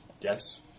Yes